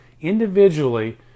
individually